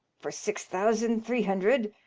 for six thousand three hundred.